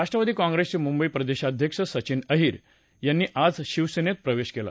राष्ट्रवादी काँग्रेसचे मुंबई प्रदेशाध्यक्ष सचिन अहिर यांनी आज शिवसेनेत प्रवेश केला